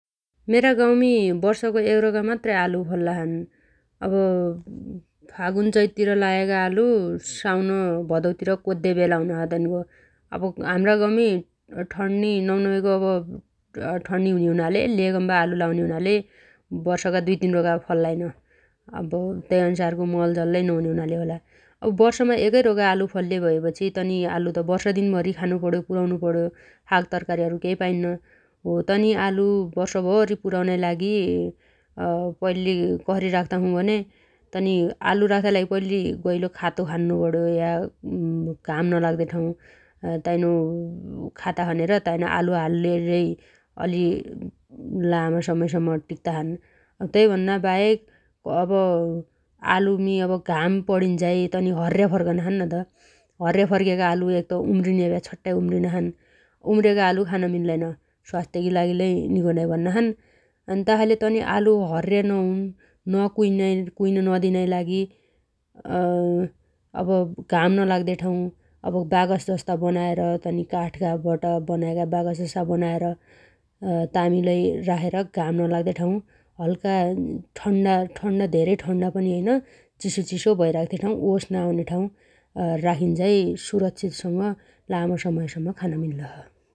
मेरा गाउँमी वर्षगो एकरोगा मात्रै आलु फल्लाछन् । अब फागुन चैततिर लाएगा आलु साउन भदौतिर कोद्देबेला हुनोछ तन्गो । अब हाम्रा गाउँमी ठण्नी नम्नमाइगो अब ठण्नी हुने हुनाले लेगम्बा आलु लाउने हुनाले वर्षगा दुइतिन रोगा फल्लाइन तैअन्सारगो मलजल लै नहुने हुनाले होला । वर्षमा एगैरोगा आलु फल्ले भएपछि तनी आलु वर्षदिनभरी खानुपण्यो पुर्याउनु पण्यो साग तरकारीहरु केइ पाइन्न । हो तनी आलु वर्षभरि पुराउनाइ लागि पैल्ली कसरी राख्ताछु भने तनी आलु राख्ताइ लागि पैल्ली गैलो खातो खन्नो पण्यो या घाम नलाउदे ठाउमी ताइनो खाता खनेर ताइना आलु हालेलै अलि लामा समयसम्म टिक्ताछन् । तैभन्नाबाहेक अब आलुमी अब घाम पणिन्झाइ अब हर्र्या फर्कनाछन् न त । हर्र्या फर्केका आलु एक त उम्रिन्या भ्या छट्टाइ उम्रिना छन् । उम्रेगा आलु खान मिल्लैन स्वास्थ्यगी लागि लै निगोनाइ भन्नाछन् । तासाइले तनी आलु हर्र्या नहुन् कुइन नदिनाइ लागि अब घाम नलाग्दे ठाउँ अब बागस जस्ता बनाएर तनी काठगा बाट बनाएगा बागसजसा बनाएर तामी लै राखेर घाम नलाग्दे ठाउँ हल्का ठण्ना ठण्डा धेरै ठण्न पनि होइन चिसोचिसो भैराख्ते ठाउँ ओस नआउने ठाउ राखिन्झाइ सुरक्षितसँग लामो समयसम्म खान मिल्लोछ ।